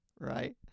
right